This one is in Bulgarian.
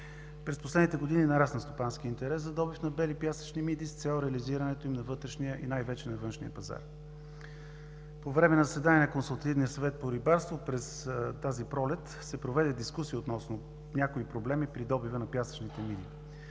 През последните години нарасна стопанският интерес за добив на бели пясъчни миди с цел реализирането им на вътрешния и най-вече на външния пазар. По време на заседание на Консултативния съвет по рибарство през тази пролет се проведе дискусия относно някои проблеми при добива на пясъчните миди.